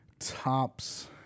tops